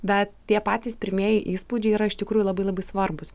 bet tie patys pirmieji įspūdžiai yra iš tikrųjų labai labai svarbūs